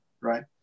Right